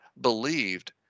believed